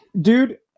dude